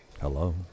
Hello